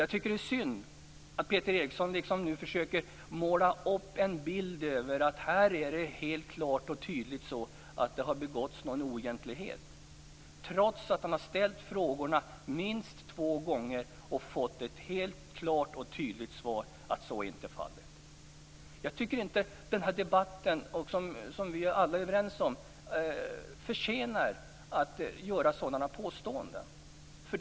Jag tycker att det är synd att Peter Eriksson nu försöker måla en bild av att här har det helt klart och tydligt begåtts en oegentlighet; detta trots att han minst två gånger har ställt frågor och fått ett klart och tydligt svar om att så inte är fallet. Jag menar att den här debatten, och det är vi väl alla överens om, inte förtjänar att sådana påståenden görs.